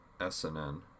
SNN